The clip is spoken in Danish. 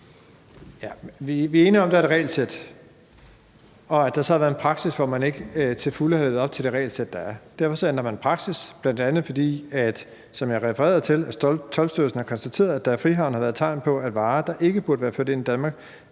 Vi er enige om, at der er et regelsæt, og at der har været en praksis, hvor man ikke til fulde har levet op til det regelsæt, der er. Derfor ændrer man praksis, bl.a. fordi, som jeg har refereret til, Toldstyrelsen har konstateret, at der i Frihavnen har været tegn på, at varer, der ikke burde være ført ind i Danmark,